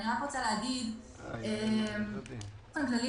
אני רק רוצה להתייחס באופן כללי.